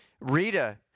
Rita